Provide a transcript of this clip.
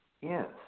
Yes